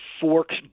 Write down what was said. forks